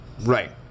Right